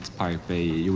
pirate bay